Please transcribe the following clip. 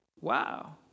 Wow